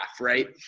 right